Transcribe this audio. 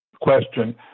question